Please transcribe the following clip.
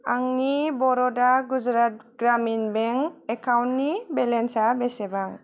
आंनि बरदा गुजरात ग्रामिन बेंक एकाउन्टनि बेलेन्सया बेसेबां